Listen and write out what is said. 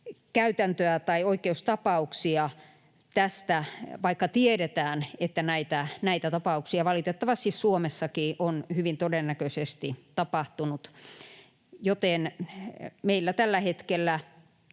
oikeuskäytäntöä tai oikeustapauksia tästä, vaikka tiedetään, että näitä tapauksia valitettavasti Suomessakin on hyvin todennäköisesti tapahtunut, joten meillä tällä hetkellä